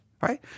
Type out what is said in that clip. right